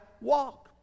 walk